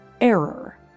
error